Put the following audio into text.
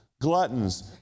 gluttons